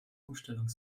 umstellung